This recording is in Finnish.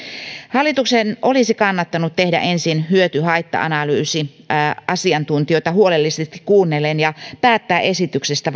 hallituksen olisi kannattanut tehdä ensin hyöty haitta analyysi asiantuntijoita huolellisesti kuunnellen ja päättää esityksestä